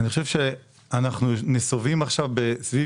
אני חושב שאנחנו נסובים עכשיו סביב